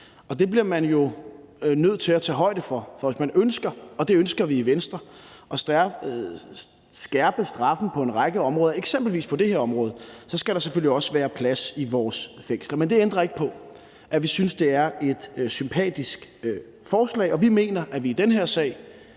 Og det bliver man jo nødt til at tage højde for, for hvis man ønsker, og det ønsker vi i Venstre, at skærpe straffen på en række områder, eksempelvis på det her område, skal der selvfølgelig også være plads i vores fængsler. Men det ændrer ikke på, at vi synes, det er et sympatisk forslag, og vi mener, at vi i den her sag,